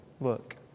Look